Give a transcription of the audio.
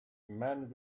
man